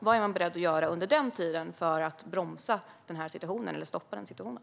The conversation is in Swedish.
Vad är man beredd att göra under den tiden för att bromsa eller stoppa situationen?